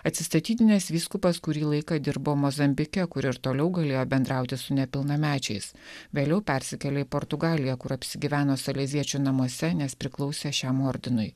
atsistatydinęs vyskupas kurį laiką dirbo mozambike kur ir toliau galėjo bendrauti su nepilnamečiais vėliau persikėlė į portugaliją kur apsigyveno saleziečių namuose nes priklausė šiam ordinui